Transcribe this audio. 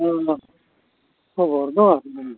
ᱦᱳᱭ ᱠᱷᱚᱵᱚᱨ ᱫᱚ